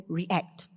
react